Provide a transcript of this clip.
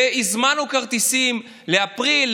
והזמנו כרטיסים לאפריל,